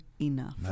enough